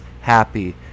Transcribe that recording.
happy